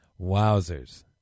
Wowzers